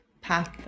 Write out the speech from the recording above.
path